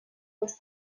dels